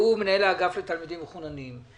שהוא מנהל האגף לתלמידים מחוננים,